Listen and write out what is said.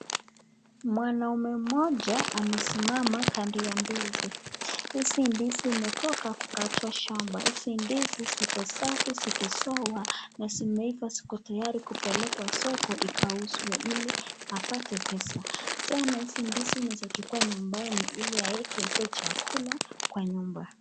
Mwanaume mmoja amesimama kando ya ndizi. Hizi ndizi zimetoka kukatwa shambani, hizi ndizi ziko safi ziko sawa na zimeiva ziki tayari kupelekwa soko zikauzwe ili apate pesa, tena hizi ndizi anaeza chukua nyumbani ili aweke zikakue chakula Kwa nyumba.